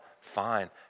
fine